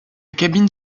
cabine